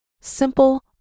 Simple